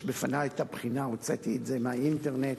יש בפני הבחינה, הוצאתי את זה מהאינטרנט,